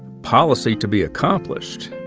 policy to be accomplished